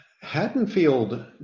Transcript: Haddonfield